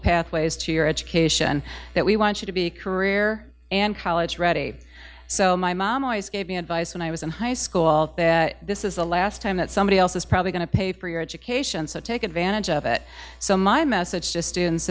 pathways to your education that we want you to be career and college ready so my mom always gave me advice when i was in high school this is the last time that somebody else is probably going to pay for your education so take advantage of it so my message to students